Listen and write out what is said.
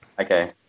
Okay